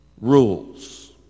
rules